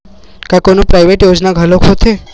का कोनो प्राइवेट योजना घलोक होथे?